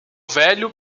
velho